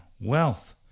wealth